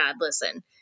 listen